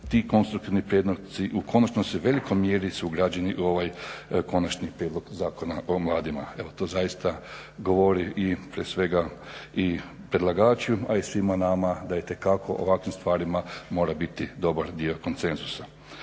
ti konstruktivni prijedlozi u konačnosti u velikoj mjeri su ugrađeni u ovaj Konačni prijedlog Zakona o mladima. Evo to zaista govori i prije svega i predlagaču, a i svima nama da itekako o ovakvim stvarima mora biti dobar dio koncenzusa.